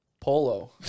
polo